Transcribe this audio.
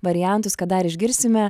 variantus ką dar išgirsime